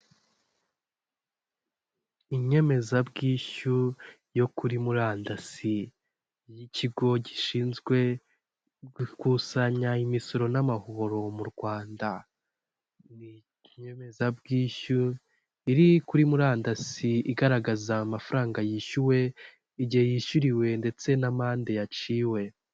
Inyemezabwishyu yo kuri murandasi , ikigo gishinzwe gukusanya imisoro n'amahoro mu rwanda. Inyemezabwishyu iri kuri murandasi igaragaza amafaranga yishyuwe, igihe yishyuriwe ndetse n'amande yaciwe.